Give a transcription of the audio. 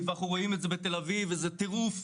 ואנחנו רואים את זה בתל אביב וזה טרוף,